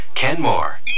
Kenmore